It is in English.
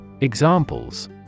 Examples